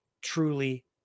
truly